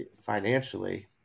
financially